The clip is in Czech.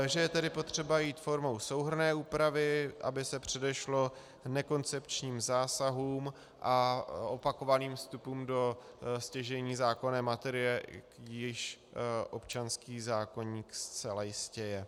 Že je tedy potřeba jít formou souhrnné úpravy, aby se předešlo nekoncepčním zásahům a opakovaným vstupům do stěžejní zákonné materie, jímž občanský zákoník zcela jistě je.